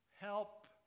Help